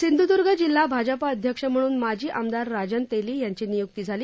सिंधुदूर्ग जिल्हा भाजप अध्यक्ष म्हणून माजी आमदार राजन तेली यांची नियूक्ती झाली